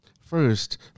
First